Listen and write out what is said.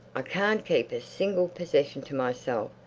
i can't keep a single possession to myself.